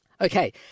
Okay